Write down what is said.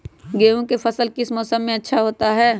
गेंहू का फसल किस मौसम में अच्छा होता है?